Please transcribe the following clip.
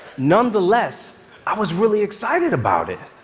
nonetheless i was really excited about it,